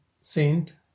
saint